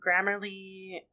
Grammarly